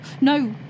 No